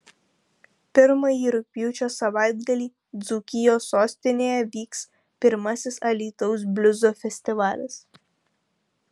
pirmąjį rugpjūčio savaitgalį dzūkijos sostinėje vyks pirmasis alytaus bliuzo festivalis